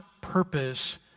purpose